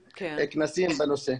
כנסים בנושא.